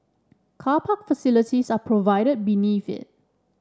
car park facilities are provided beneath it